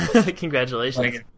Congratulations